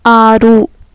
ఆరు